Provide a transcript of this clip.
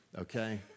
okay